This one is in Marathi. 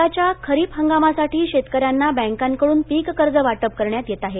यंदाच्या खरीप हंगामासाठी शेतकऱ्यांना बँकांकडून पीककर्ज वाटप करण्यात येत आहे